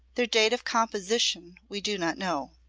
their date of composition we do not know.